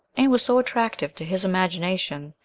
and was so attractive to his imagination,